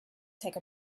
take